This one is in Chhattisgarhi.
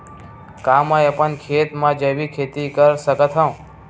का मैं अपन खेत म जैविक खेती कर सकत हंव?